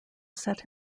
set